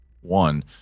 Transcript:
one